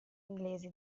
inglesi